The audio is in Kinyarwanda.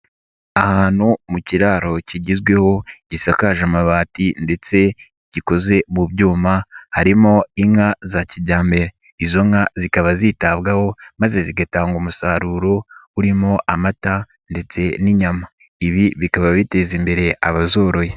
Ahantu mu kiraro kigezweho gisakaje amabati ndetse gikoze mu byuma harimo inka za kijyambere, izo nka zikaba zitabwaho maze zigatanga umusaruro urimo amata ndetse n'inyama, ibi bikaba biteza imbere abazoroye.